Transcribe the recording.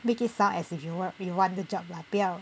make it sound as if you want the job lah 不要